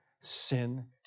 sin